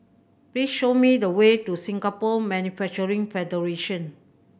please show me the way to Singapore Manufacturing Federation